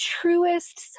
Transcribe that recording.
truest